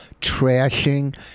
Trashing